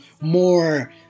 more